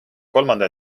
kolmanda